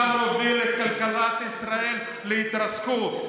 אתה מוביל את כלכלת ישראל להתרסקות.